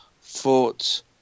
fought